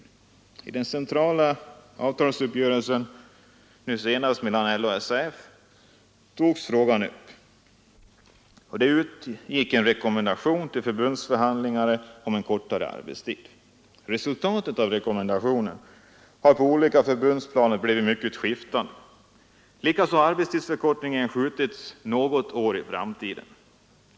I den senaste centrala avtalsuppgörelsen mellan LO och SAF togs frågan upp, och det utgick en rekommendation till förbundsförhandlingarna om en kortare arbetstid. Resultatet av rekommendationen har på de olika förbundsplanen blivit mycket skiftande. Likaså har genomförandet av arbetstidsförkortningen skjutits något år framåt i tiden.